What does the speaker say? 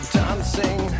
dancing